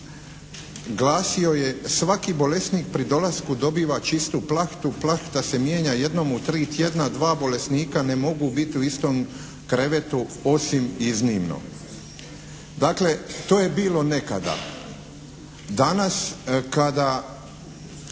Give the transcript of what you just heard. glasilo je: Svaki bolesnik pri dolasku dobiva čistu plahtu, plahta se mijenja jednom u tri tjedna, dva bolesnika ne mogu biti u istom krevetu osim iznimno. Dakle to je bilo nekada. Danas kada